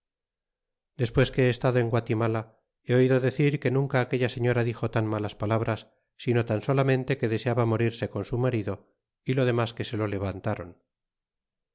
despues que he estado en guatimala h oido decir que nunca aquella señora dixo tan malas palabras sino tan solamente que deseaba morirse con su marido y lo demas que se lo levantron